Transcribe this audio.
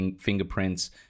fingerprints